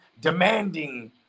demanding